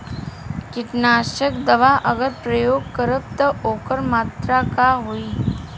कीटनाशक दवा अगर प्रयोग करब त ओकर मात्रा का होई?